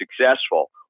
successful